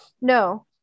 No